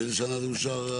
באיזו שנה זה אושר?